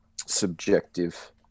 subjective